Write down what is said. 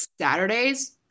saturdays